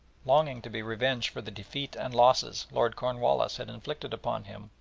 longing to be revenged for the defeat and losses lord cornwallis had inflicted upon him,